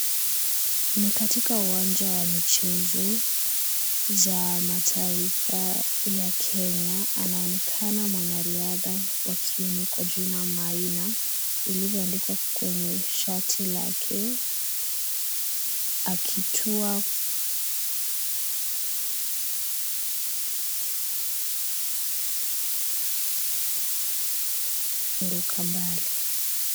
Ni katika uwanja wa michezo za mataifa ya Kenya. Anaonekana mwanariadha wa kiume kwa jina Maina, ilivyoandikwa kwenye shati lake , akitoa kuruka mbali.